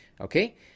okay